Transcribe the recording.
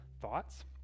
thoughts